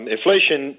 Inflation